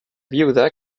viuda